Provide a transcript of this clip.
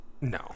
No